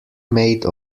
made